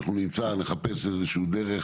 אנחנו נמצא, נחפש איזושהי דרך